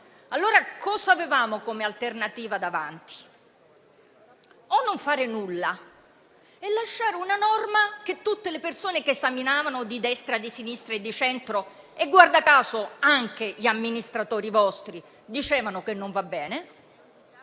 com'è. Cosa avevamo davanti come alternativa? O non fare nulla e lasciare una norma che tutte le persone che la esaminavano, di destra, di sinistra e di centro, guarda caso anche i vostri amministratori, dicevano che non va bene;